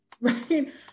right